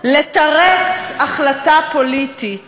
לתרץ החלטה פוליטית